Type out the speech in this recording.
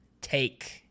take